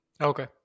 Okay